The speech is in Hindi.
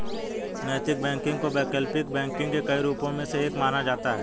नैतिक बैंकिंग को वैकल्पिक बैंकिंग के कई रूपों में से एक माना जाता है